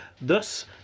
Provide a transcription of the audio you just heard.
Thus